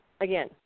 Again